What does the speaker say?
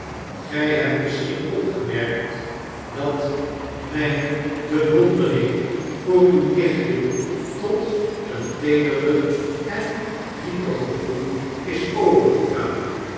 gy hebt fnisschien opgemerkt dat myne beobenreizer wordt woedend wondering voor uw nichtje tot een teederder en dieper gevoel is overgegaan